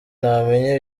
namenya